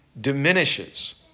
diminishes